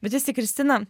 bet vis tik kristina